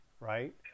right